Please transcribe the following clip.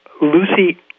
Lucy